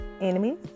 enemies